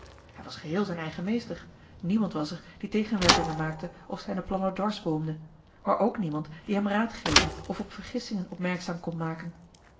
hij was geheel zijn eigen meester niemand was er die tegenwerpingen maakte of zijne plannen dwarsboomde maar ook niemand die hem raad geven of op vergissingen opmerkzaam kon maken